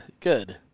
good